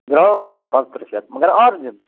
gram گژھان پانٛژھ تٕرٛہ شَتھ مگر آرجِن